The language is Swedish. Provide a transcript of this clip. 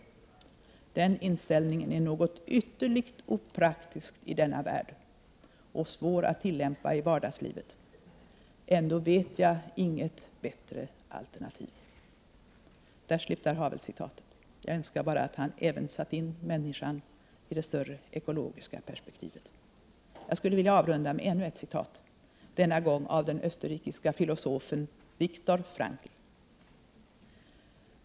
Den inställningen är något ytterligt opraktiskt i denna värld och svår att tillämpa i vardagslivet. Ändå vet jag inget bättre alternativ.” Där slutar Havelcitatet. Jag önskar bara att Havel även hade satt in människan i det större ekologiska perspektivet. Jag skulle vilja avrunda med ännu ett citat, denna gång av den österrikiske filosofen Viktor Frankl.